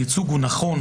הייצוג הוא נכון,